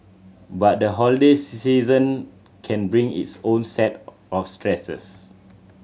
but the holiday season can bring its own set of stresses